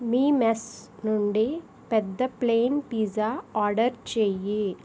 మీమోస్ నుండి పెద్ద plain pizza order చెయ్యి